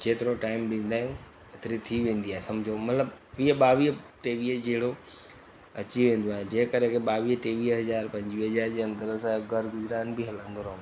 जेतिरो टाइम ॾींदा आहियूं ओतिरी थी वेंदी आहे सम्झो मतिलबु वीह ॿावीह टेवीह जहिड़ो अची वेंदो आहे जेकर के ॿावीह टेवीह हज़ार पंजवीह हज़ार जे अंदरि असां हलंदो रहंदो